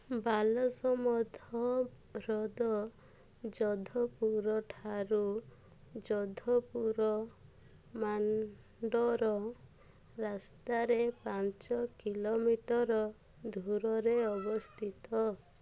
ବାଲସମନ୍ଦ ହ୍ରଦ ଯୋଧପୁର ଠାରୁ ଯୋଧପୁର ମାଣ୍ଡୋର ରାସ୍ତାରେ ପାଞ୍ଚ କିଲୋମିଟର୍ ଦୂରରେ ଅବସ୍ଥିତ